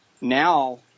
now